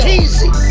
easy